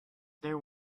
there